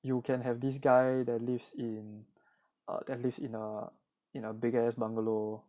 you can have this guy that lives in err that lives in a in a big ass bungalow